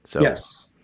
Yes